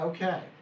Okay